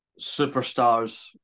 superstars